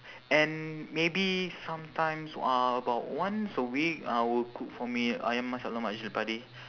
and maybe sometimes uh about once a week uh will cook for me ayam masak lemak cili padi